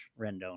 Rendon